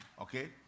Okay